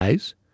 Guys